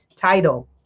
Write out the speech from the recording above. Title